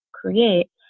create